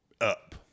up